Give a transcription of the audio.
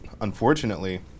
unfortunately